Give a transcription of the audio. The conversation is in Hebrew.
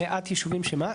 מעט ישובים שמה?